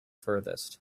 furthest